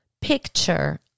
picture